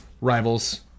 rivals